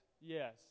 yes